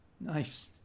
Nice